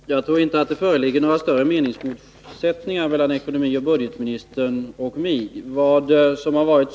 Herr talman! Jag tror inte att det föreligger några större meningsmotsättningar mellan ekonomioch budgetministern och mig.